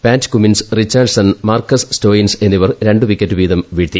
പാറ്റ് Cummins Richardson Marcus Stoinis എന്നിവർ രണ്ട് wicket വീതം വീഴ്ത്തി